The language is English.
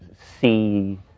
see